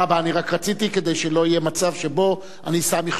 אני רק רציתי כדי שלא יהיה מצב שבו אני שם מכשול.